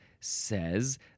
says